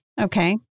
Okay